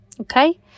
Okay